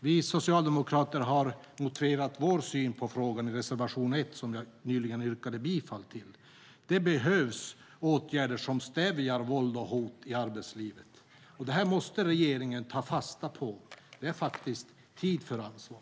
Vi socialdemokrater har motiverat vår syn på frågan i reservation 1, som jag nyligen yrkade bifall till. Det behövs åtgärder som stävjar våld och hot i arbetslivet. Det här måste regeringen ta fasta på. Det är tid för ansvar.